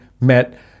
met